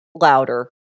louder